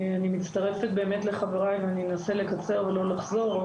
אני מצטרפת באמת לחבריי ואני אנסה לקצר ולא לחזור.